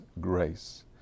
grace